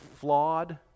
flawed